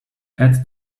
add